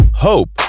Hope